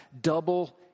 double